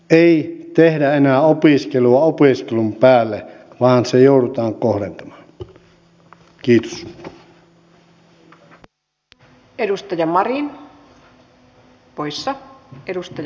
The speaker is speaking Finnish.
ei tehdä enää opiskelua opiskelun päälle vaan se joudutaan kohdentamaan